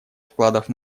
вкладов